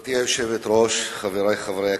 גברתי היושבת-ראש, חברי חברי הכנסת,